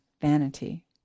vanity